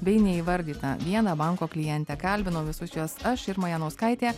bei neįvardytą vieną banko klientę kalbinau visus juos aš irma janauskaitė